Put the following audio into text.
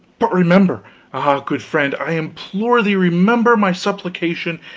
but remember ah, good friend, i implore thee remember my supplication,